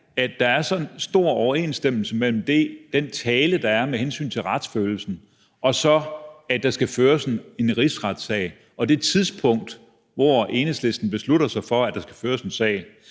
der er så stor overensstemmelse mellem den tale, der er om retsfølelsen, og det, at der skal føres en rigsretssag, og det tidspunkt, hvor Enhedslisten beslutter sig for, at der skal føres en sag?